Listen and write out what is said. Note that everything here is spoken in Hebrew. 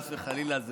חס וחלילה,